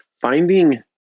Finding